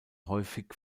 häufig